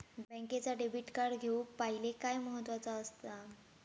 बँकेचा debit card घेउक पाहिले काय महत्वाचा असा?